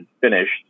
finished